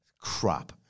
Crap